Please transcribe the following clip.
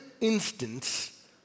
instance